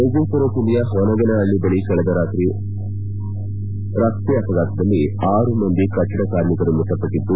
ವಿಜಯಪುರ ಜಿಲ್ಲೆಯ ಹೊನಗನಹಳ್ಳಿ ಬಳಿ ಕಳೆದ ಮಧ್ದರಾತ್ರಿ ಸಂಭವಿಸಿದ ರಸ್ತೆ ಅಪಘಾತದಲ್ಲಿ ಆರು ಮಂದಿ ಕಟ್ಟಡ ಕಾರ್ಮಿಕರು ಮೃತಪಟ್ಟದ್ದು